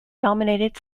dominated